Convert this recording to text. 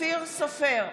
אופיר סופר,